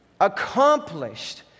accomplished